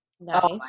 nice